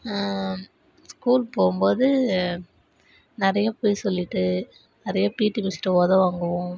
school போகும்போது நிறைய பொய் சொல்லிவிட்டு நிறைய பிடி மிஸ்கிட்ட ஒதை வாங்குவோம்